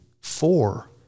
four